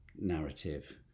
narrative